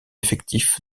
effectif